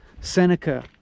Seneca